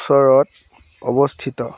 ওচৰত অৱস্থিত